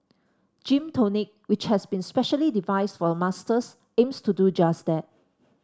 Gym Tonic which has been specially devised for a Masters aims to do just that